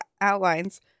outlines